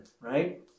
right